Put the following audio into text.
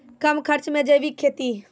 कम खर्च मे जैविक खेती?